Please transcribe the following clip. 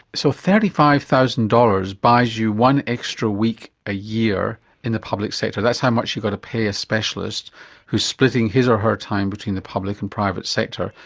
so thirty five thousand dollars buys you one extra week a year in the public sector, that's how much you got to pay a specialist who is splitting his or her time between the public and private sector?